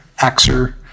Axer